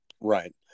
right